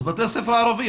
אז בתי ספר ערבים,